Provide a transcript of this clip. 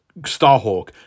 starhawk